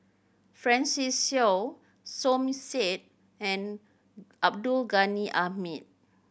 Francis Seow Som Said and Abdul Ghani Hamid